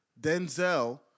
Denzel